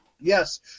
Yes